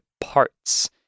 parts